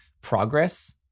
progress